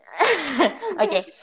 okay